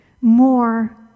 more